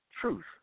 truth